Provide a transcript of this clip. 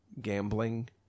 gambling